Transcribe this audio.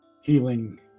healing